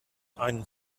einen